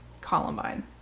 Columbine